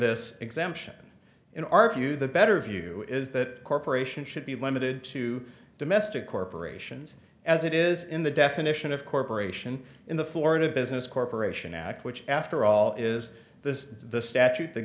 this exemption in our view the better view is that corporations should be limited to domestic corporations as it is in the definition of corporation in the florida business corporation act which after all is this the statute that